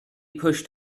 pushed